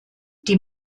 die